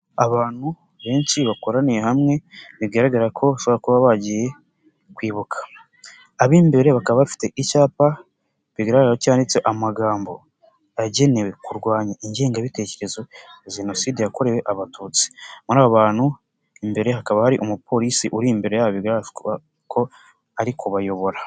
Abantu benshi bakoraniye hamwe bigaragara ko bashobora kuba bagiye kwibuka. Ab'imbere bakaba bafite icyapa bigaragararo cyanditse amagambo agenewe kurwanya ingengabitekerezo ya jenoside yakorewe abatutsi. Muri aba bantu imbere hakaba hari umupolisi uri imbere bigaragara ko ari kubayobora.